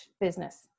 business